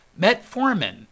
metformin